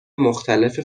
مختلف